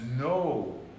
no